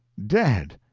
dead!